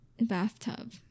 bathtub